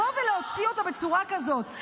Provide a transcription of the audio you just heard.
-- לבוא ולהוציא אותה בצורה כזאת,